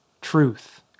truth